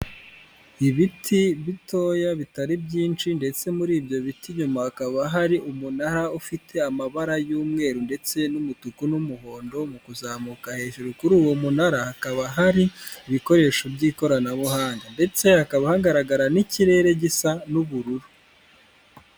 Ibiti bitoya bitari byinshi, ndetse muri ibyo biti inyuma hakaba hari umunara, ufite amabara y'umweru, ndetse n'umutuku, n'umuhondo, mu kuzamuka hejuru kuri uwo munara, hakaba hari ibikoresho by'ikoranabuhanga, ndetse hakaba hagaragara n'ikirere gisa n'ubururu.